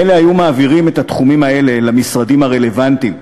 מילא היו מעבירים את התחומים האלה למשרדים הרלוונטיים,